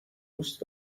دوست